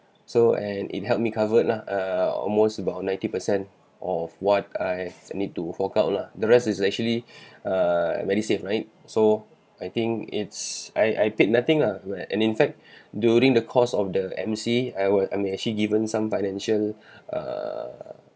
so and it helped me covered lah uh almost about ninety percent of what I've uh need to fork out lah the rest is actually uh medisave right so I think it's I I paid nothing ah and in fact during the course of the M_C I was uh am actually given some financial err